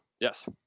yes